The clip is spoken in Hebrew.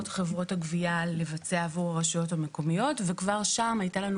חברות הגבייה לבצע עבור הרשויות המקומיות וכבר שם הייתה לנו